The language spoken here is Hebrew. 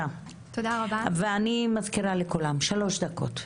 אני מזכירה לכולם, שלוש דקות.